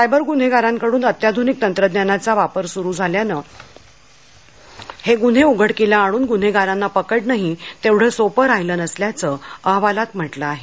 cyber गुन्हेगारांकडून अत्याधुनिक तंत्रज्ञानाचा वापर सुरु झाल्यानं हे गुन्हे उघडकीस आणून गुन्हेगारांना पकडणंही तेवढं सोपं राहीलं नसल्याचं अहवालात म्हटलं आहे